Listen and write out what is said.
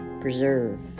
preserve